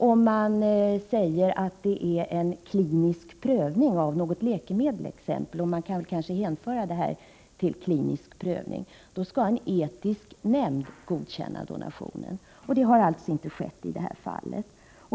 Om det är fråga om klinisk prövning av ett läkemedel — och man kan kanske hänföra detta till klinisk prövning — skall en etisk nämnd godkänna donationen. Det har alltså inte skett i det här fallet.